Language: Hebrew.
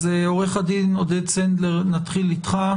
עורך הדין עודד סנדלר, נתחיל בך.